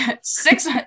six